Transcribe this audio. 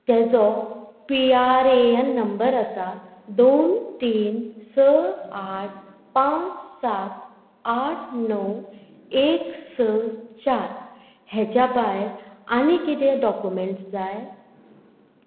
तेजो P R A N number आसा दोन तीन स आठ पांच सात आठ णव एक स चार हेच्या भायर आनी कितें डॉक्युमेंट्स जाय